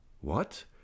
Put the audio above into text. What